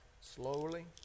slowly